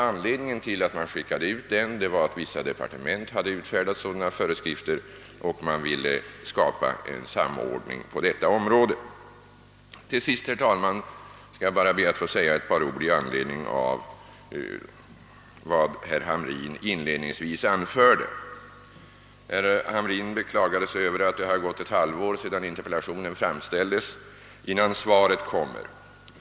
Anledningen till att den skickades ut var att vissa departement hade utfärdat sådana föreskrifter och att man ville skapa en samordning på detta område. Till sist, herr talman, ber jag att få säga ett par ord i anledning av vad herr Hamrin inledningsvis anförde. Han beklagade sig över att det gått ett halvår sedan interpellationen framställdes innan svaret kom.